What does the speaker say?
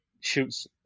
shoots